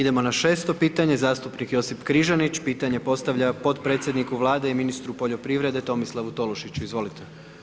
Idemo na 6 pitanje, zastupnik, Josip Križanić, pitanje postavlja potpredsjedniku vlade i ministru poljoprivrede, Tomislavu Tolušiću, izvolite.